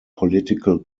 political